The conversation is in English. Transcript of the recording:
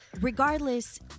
regardless